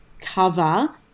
cover